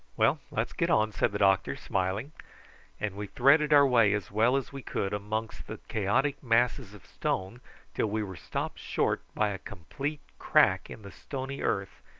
well let's get on, said the doctor, smiling and we threaded our way as well as we could amongst the chaotic masses of stones till we were stopped short by a complete crack in the stony earth,